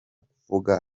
kuvuga